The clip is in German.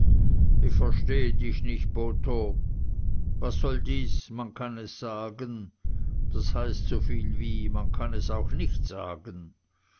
ich verstehe dich nicht botho was soll dies man kann es sagen das heißt soviel wie man kann es auch nicht sagen